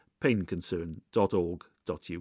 PainConcern.org.uk